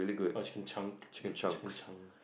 what is chicken chunk that's a chicken chunk